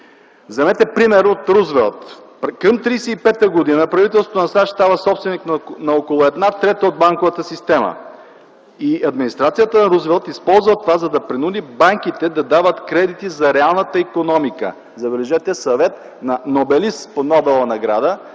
„Вземете пример от Рузвелт. Към 1935 г. правителството на САЩ става собственик на около една трета от банковата система и администрацията на Рузвелт използва това, за да принуди банките да дават кредити за реалната икономика” – забележете, съвет на носител на Нобеловата награда